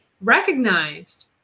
recognized